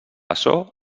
açò